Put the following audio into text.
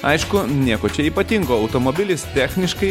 aišku nieko čia ypatingo automobilis techniškai